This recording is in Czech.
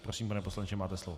Prosím, pane poslanče, máte slovo.